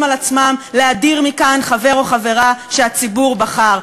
על עצמם להדיר מכאן חבר או חברה שהציבור בחר.